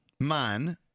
Man